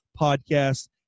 Podcast